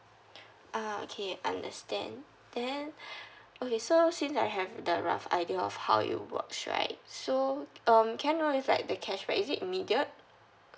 ah okay understand then okay so since I have the rough idea of how it works right so um can I know if like the cashback is it immediate